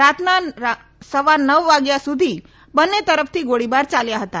રાતના સવા નવ વાગ્યા સુધી બંને તરફથી ગોળીબાર યાલ્યા હતા